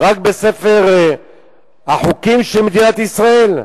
רק בספר החוקים של מדינת ישראל.